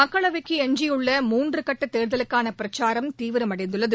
மக்களவைக்கு எஞ்சியுள்ள மூன்று கட்ட தேர்தலுக்கான பிரச்சாரம் தீவிரமடைந்துள்ளது